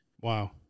Wow